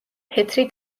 თეთრი